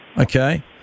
Okay